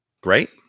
Great